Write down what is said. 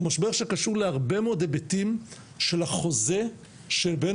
הוא משבר שקשור להרבה מאוד היבטים של החוזה שבין